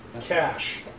Cash